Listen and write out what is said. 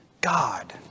God